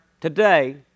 today